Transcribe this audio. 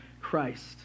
Christ